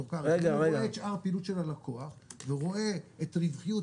הוא רואה את שאר הפעילות של הלקוח ורואה